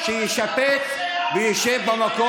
אתם, אף פעם לא היה לכם,